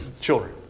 children